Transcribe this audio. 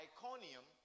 Iconium